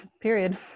Period